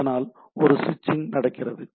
அதனால் ஒரு ஸ்விட்சிங் நடக்கிறது